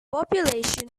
population